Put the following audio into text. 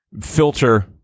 filter